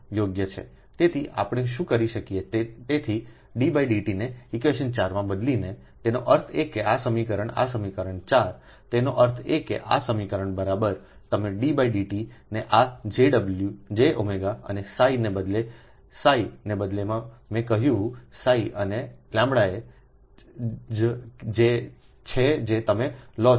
તેથી આપણે શું કરી શકીએ તેથીddtને ઇક્વેશન 4 માંબદલીનેતેનો અર્થ એ કે આ સમીકરણ આ સમીકરણ 4તેનો અર્થ એ કે આ સમીકરણ તમે ddt ને ઓ j અને ને બદલે ને બદલે મેં કહ્યું અને એ જ છે જે તમે લો છો